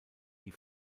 die